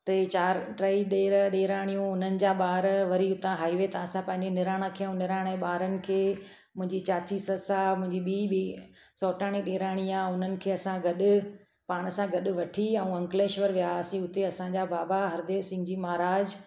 टे चारि टे ॾेर ॾेराणी हुननि जा ॿार वरी हुता आई वे ता असां पंहिंजी निणान खे ऐं निणान जा ॿारनि खे मुंहिंजी चाची ससु आहे मुंहिंजी बि ॿी सोटाणी ॾेराणी आहे हुननि खे असां गॾु पाण सां गॾु वठी ऐं अंक्लेश्वर वियासीं हुते असांजा बाबा हरदेव सिंह जी महाराज